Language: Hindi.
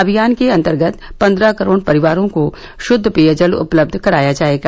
अभियान के अंतर्गत पंद्रह करोड़ परिवारों को शुद्द पेयजल उपलब्ध कराया जाएगा